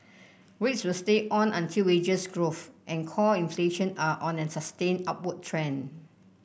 rates will stay on until wages growth and core inflation are on a sustained upward trend